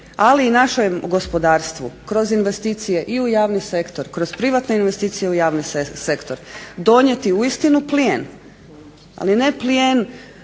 ali i našem gospodarstvu. Kroz investicije i u javni sektor, kroz privatne investicije u javni sektor donijeti uistinu plijen, ali ne plijen